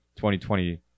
2020